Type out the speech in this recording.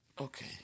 Okay